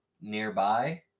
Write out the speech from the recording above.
nearby